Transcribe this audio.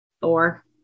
Thor